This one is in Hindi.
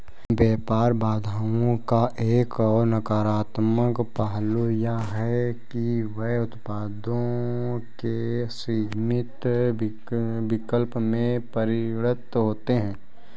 व्यापार बाधाओं का एक और नकारात्मक पहलू यह है कि वे उत्पादों के सीमित विकल्प में परिणत होते है